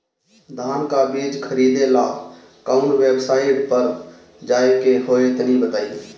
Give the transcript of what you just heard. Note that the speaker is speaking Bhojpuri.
धान का बीज खरीदे ला काउन वेबसाइट पर जाए के होई तनि बताई?